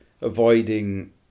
avoiding